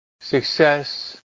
success